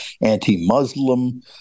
anti-Muslim